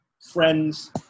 friends